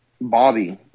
Bobby